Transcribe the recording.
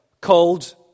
called